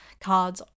cards